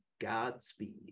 godspeed